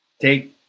take